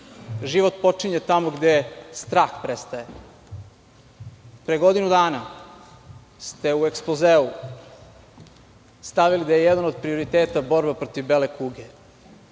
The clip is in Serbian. Život počinje tamo gde strah prestaje. Pre godinu dana ste u ekspozeu stavili da je jedan od prioriteta borba protiv bele kuge.